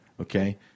okay